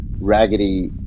raggedy